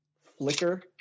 flicker